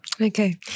Okay